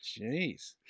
jeez